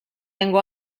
tengo